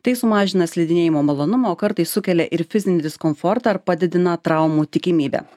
tai sumažina slidinėjimo malonumą o kartais sukelia ir fizinį diskomfortą ar padidina traumų tikimybę